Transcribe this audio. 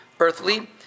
earthly